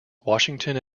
washington